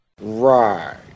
Right